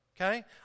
okay